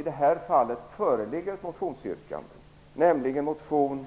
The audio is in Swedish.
I det här fallet föreligger ett motionsyrkande, nämligen i motion